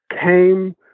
came